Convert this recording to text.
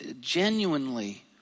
genuinely